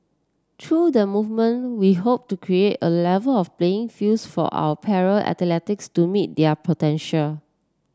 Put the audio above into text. through the movement we hope to create A Level of playing fields for our para athletes to meet their potential